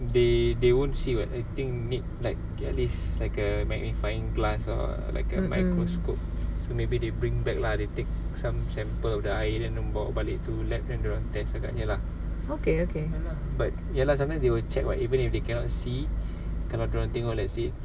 mm mm okay okay